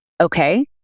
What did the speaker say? Okay